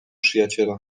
przyjaciela